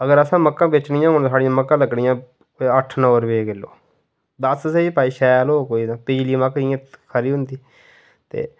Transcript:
अगर असें मक्कां बेचनी होेन ते साढ़ियां मक्कां लगनियां कोई अट्ठ नौ रपेऽ किल्लो दस स्हेई भई शैल होग कोई तां पीली मक्क इयां खरी होंदी ते